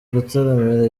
gutaramira